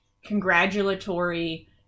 congratulatory